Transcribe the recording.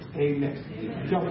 Amen